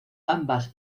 ambas